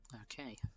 Okay